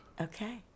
Okay